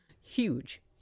Huge